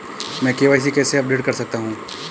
मैं के.वाई.सी कैसे अपडेट कर सकता हूं?